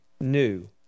New